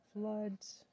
floods